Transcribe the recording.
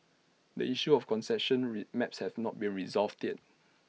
the issue of concession re maps has not been resolved yet